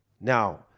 Now